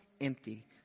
empty